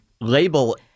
label